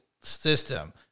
system